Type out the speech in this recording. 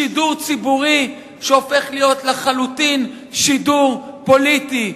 שידור ציבורי שהופך להיות לחלוטין שידור פוליטי.